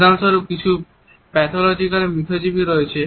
উদাহরণস্বরূপ কিছু প্যাথলজিক্যাল মিথ্যাবাদী রয়েছে